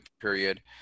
period